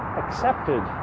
accepted